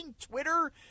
Twitter